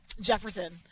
Jefferson